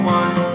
one